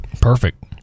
Perfect